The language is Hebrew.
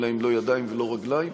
אין להם לא ידיים ולא רגליים.